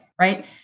right